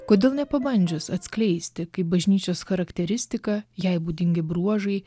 kodėl nepabandžius atskleisti kaip bažnyčios charakteristika jai būdingi bruožai